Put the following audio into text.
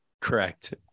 correct